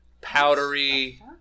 powdery